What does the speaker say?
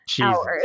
hours